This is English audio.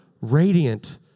radiant